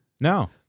No